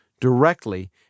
directly